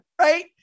right